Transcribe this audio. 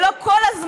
שלא כל הזמן,